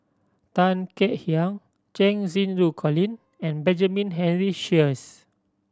Tan Kek Hiang Cheng Xinru Colin and Benjamin Henry Sheares